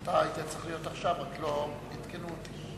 אתה היית צריך להיות עכשיו, רק לא עדכנו אותי.